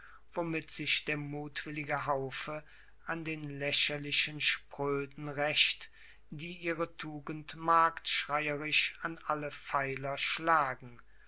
womit sich der mutwillige haufe an den lächerlichen spröden rächt die ihre tugend marktschreierisch an alle pfeiler schlagen